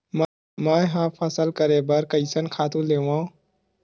मैं ह फसल करे बर कइसन खातु लेवां?